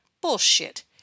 Bullshit